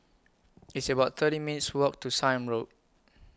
It's about thirty minutes' Walk to Sime Road